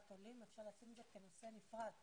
עולים ואפשר לעשות את זה כנושא נפרד.